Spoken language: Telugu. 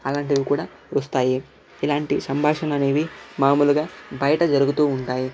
అలాంటివి కూడా వస్తాయి ఇలాంటి సంభాషణ అనేది మామూలుగా బయట జరుగుతూ ఉంటాయి